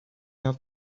have